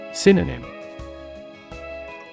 Synonym